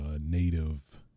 native